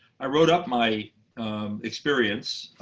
i wrote up my experience